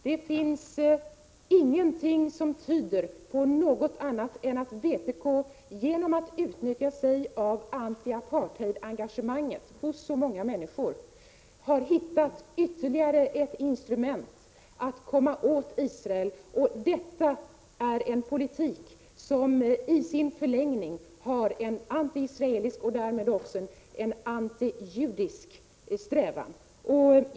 Det finns ingenting som tyder på något annat än att vpk genom att utnyttja anti-apartheidsengagemanget hos så många människor har hittat ytterligare ett instrument för att komma åt Israel. Detta är en politik som i sin förlängning har en anti-israelisk och därmed också en anti-judisk strävan.